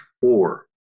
four